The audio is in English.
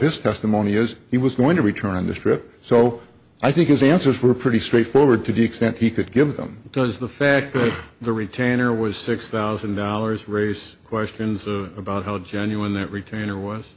his testimony is he was going to return on this trip so i think his answers were pretty straightforward to the extent he could give them does the fact that the retainer was six thousand dollars raise questions about how genuine that retainer was